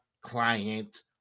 client